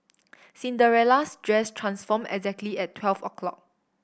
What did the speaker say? Cinderella's dress transformed exactly at twelve o'clock